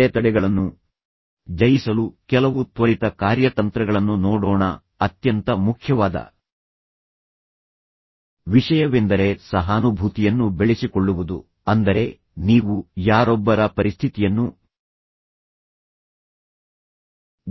ಈ ಅಡೆತಡೆಗಳನ್ನು ಜಯಿಸಲು ಕೆಲವು ತ್ವರಿತ ಕಾರ್ಯತಂತ್ರಗಳನ್ನು ನೋಡೋಣ ಅತ್ಯಂತ ಮುಖ್ಯವಾದ ವಿಷಯವೆಂದರೆ ಸಹಾನುಭೂತಿಯನ್ನು ಬೆಳೆಸಿಕೊಳ್ಳುವುದು ಅಂದರೆ ನೀವು ಯಾರೊಬ್ಬರ ಪರಿಸ್ಥಿತಿಯನ್ನು